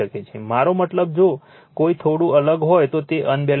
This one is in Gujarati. મારો મતલબ જો કોઈ થોડું અલગ હોય તો તે અનબેલેન્સ સિસ્ટમ છે